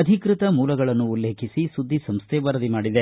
ಅಧಿಕೃತ ಮೂಲಗಳನ್ನು ಉಲ್ಲೇಖಿಸಿ ಸುದ್ದಿ ಸಂಸ್ಥೆ ವರದಿ ಮಾಡಿದೆ